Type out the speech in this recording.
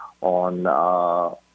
on